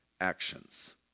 actions